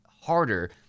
harder